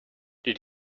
did